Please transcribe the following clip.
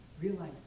realize